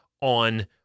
on